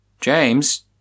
James